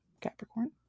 Capricorn